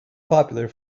popular